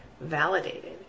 validated